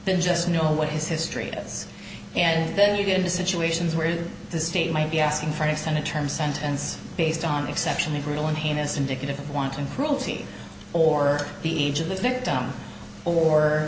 than just know what his history is and then you get into situations where the state might be asking for an extended term sentence based on exceptionally grillin heinous indicative of wanton cruelty or the age of the victim or